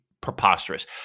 preposterous